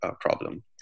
problem